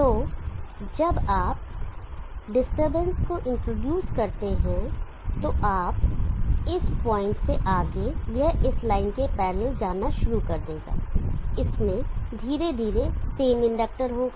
तो जब आप डिस्टरबेंस को इंट्रोड्यूस करते हैं तो अब इस इस पॉइंट से आगे यह इस लाइन के पैरलल जाना शुरू कर देगा इसमें धीरे धीरे सेम इंडक्टर होगा